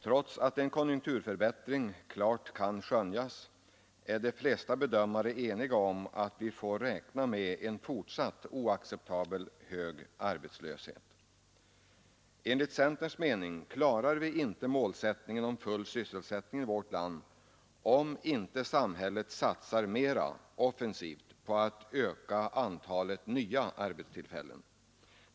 Trots att en konjunkturförbättring klart kan skönjas, är de flesta bedömare eniga om att vi får räkna med en fortsatt oacceptabelt hög arbetslöshet. Enligt centerns mening klarar vi inte målsättningen om full sysselsättning i vårt land, om inte samhället satsar offensivt på att öka antalet nya arbetstillfällen.